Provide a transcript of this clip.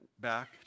back